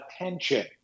attention